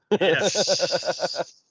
Yes